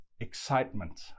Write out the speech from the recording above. excitement